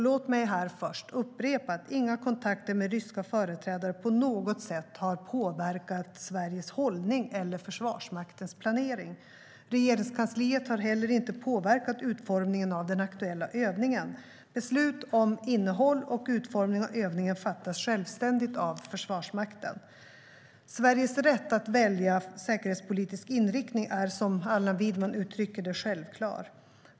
Låt mig här först upprepa att inga kontakter med ryska företrädare på något sätt har påverkat Sveriges hållning eller Försvarsmaktens planering. Regeringskansliet har heller inte påverkat utformningen av den aktuella övningen. Beslut om innehåll och utformning av övningen fattas självständigt av Försvarsmakten. Sveriges rätt att själv välja säkerhetspolitisk inriktning är, som Allan Widman uttrycker det, självklar.